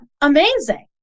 amazing